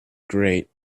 great